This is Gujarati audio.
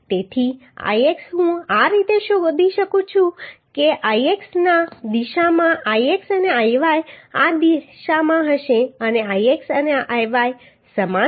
તેથી Ix હું આ રીતે શોધી શકું છું Ix એટલે આ દિશામાં Ix અને Iy આ દિશામાં હશે અને Ix અને Iy સમાન હશે